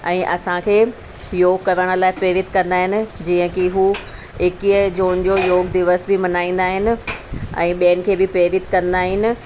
ऐं असांखे योग करण लाइ प्रेरित कंदा आहिनि जीअं की हू एकिवीह जून जो योग दिवस बि मल्हाईंदा आहिनि ऐं ॿियनि खे बि प्रेरित कंदा आहिनि